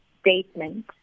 statement